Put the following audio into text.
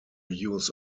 use